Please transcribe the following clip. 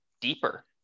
deeper